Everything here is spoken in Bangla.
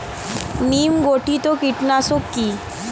নিম ঘটিত কীটনাশক কি?